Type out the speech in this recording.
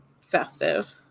festive